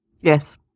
Yes